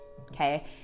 okay